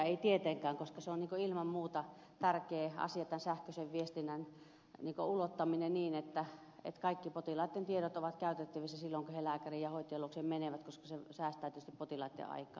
ei tietenkään koska ilman muuta tärkeä asia on tämä sähköisen viestinnän ulottaminen niin että kaikki potilaiden tiedot ovat käytettävissä silloin kun he lääkärin ja hoitajan luokse menevät koska se säästää tietysti potilaitten aikaa